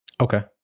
Okay